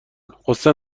قصه